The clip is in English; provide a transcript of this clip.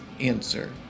answer